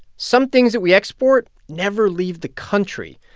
some things that we export never leave the country.